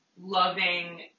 loving